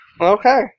Okay